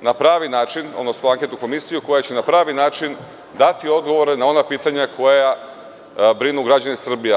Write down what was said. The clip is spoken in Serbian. na pravi način, odnosno anketnu komisiju koja će na pravi način dati odgovore na ona pitanja koja brinu građane Srbije.